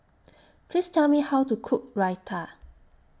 Please Tell Me How to Cook Raita